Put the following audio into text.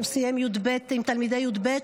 סיים עם תלמידי י"ב,